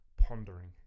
pondering